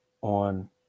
on